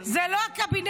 זה לא הקבינט.